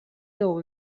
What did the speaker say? doll